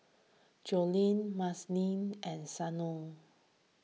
Jolene Madisyn and Santo